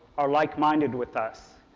are like-minded with us.